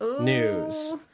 news